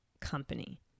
company